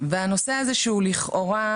והנושא הזה שהוא לכאורה